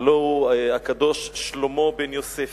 הלוא הוא הקדוש שלמה בן-יוסף.